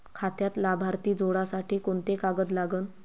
खात्यात लाभार्थी जोडासाठी कोंते कागद लागन?